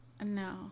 No